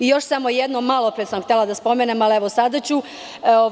Još samo jedno, malo pre sam htela da spomenem, ali evo sada ću.